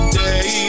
day